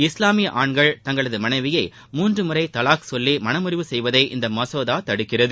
இஸ்லாமிய ஆண்கள் தங்களை மனைவியை மூன்று முறை தலாக் சொல்லி மணமுறிவு செய்வதை இந்த மசோதா தடுக்கிறது